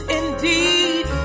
indeed